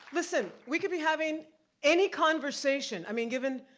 listen, we could be having any conversation. i mean given,